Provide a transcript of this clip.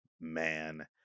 Man